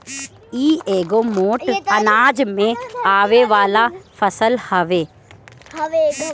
इ एगो मोट अनाज में आवे वाला फसल हवे